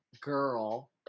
girl